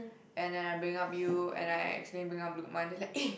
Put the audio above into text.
and then I bring up you and I accidentally bring up Luqman eh